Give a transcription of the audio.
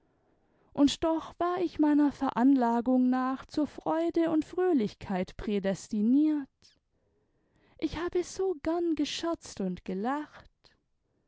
und doch war ich meiner veranlagung nach zur freude und fröhlichkeit prädestiniert ich habe so gern gescherzt und gelacht